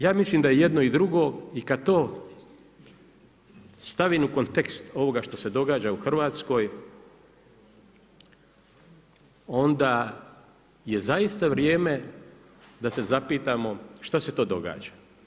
Ja mislim da je i jedno i drugo i kad to stavim u kontekst ovoga što se događa u Hrvatskoj onda je zaista vrijeme da se zapitamo šta se to događa?